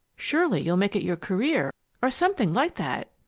surely you'll make it your career or something like that!